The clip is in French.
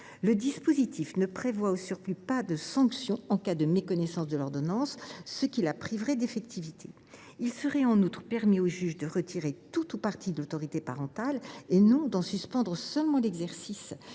le dispositif ne prévoit pas de sanction en cas de méconnaissance de l’ordonnance, ce qui la priverait d’effectivité. En outre, il serait permis au juge de retirer tout ou partie de l’autorité parentale et non d’en suspendre seulement l’exercice